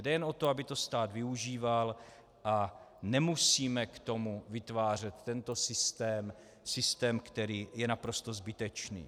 Jde jen o to, aby to stát využíval, a nemusíme k tomu vytvářet tento systém, který je naprosto zbytečný.